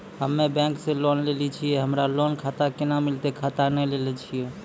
हम्मे बैंक से लोन लेली छियै हमरा लोन खाता कैना मिलतै खाता नैय लैलै छियै?